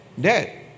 Dead